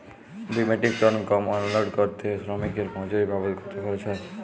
দুই metric ton গম unload করতে শ্রমিক এর মজুরি বাবদ কত খরচ হয়?